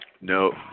no